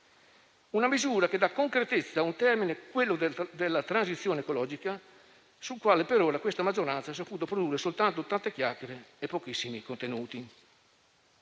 una misura che dà concretezza a un termine - quello della transizione ecologica - sul quale per ora questa maggioranza ha saputo produrre soltanto tante chiacchiere e pochissimi contenuti.